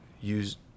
use